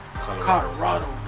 Colorado